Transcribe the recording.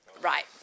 Right